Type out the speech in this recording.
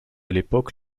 l’époque